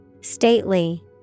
Stately